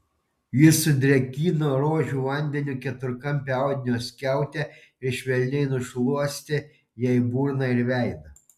jis sudrėkino rožių vandeniu keturkampę audinio skiautę ir švelniai nušluostė jai burną ir veidą